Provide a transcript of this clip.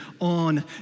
on